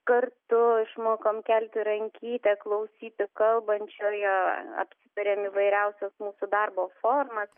kartu išmokom kelti rankytę klausyti kalbančiojo apsitarėme įvairiausias mūsų darbo formas